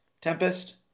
Tempest